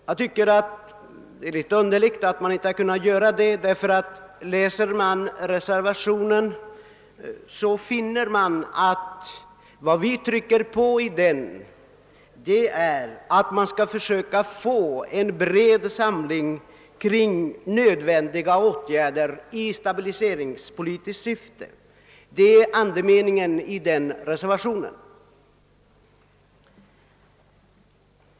Jag tycker att det är litet underligt att de inte har kunnat göra det; läser man reservationen finner man att vad vi trycker på är önskvärdheten att få till stånd en bred samling kring nödvändiga åtgärder i stabiliseringspolitiskt syfte. Det är andemeningen i den reservationen.